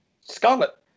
scarlet